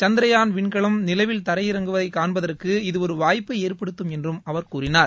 சந்திரயான் விண்கலம் நிலவில் தரையிறங்குவதை காண்பதற்கு இது ஒரு வாய்ப்பை ஏற்படுத்தும் என்றும் அவர் கூறினார்